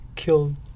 killed